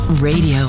Radio